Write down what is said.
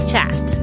chat